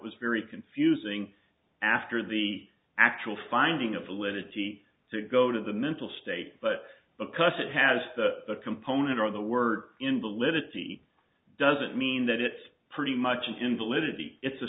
was very confusing after the actual finding a validity to go to the mental state but because it has a component of the word invalidity doesn't mean that it's pretty much a invalidity it's a